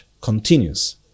continues